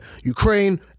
Ukraine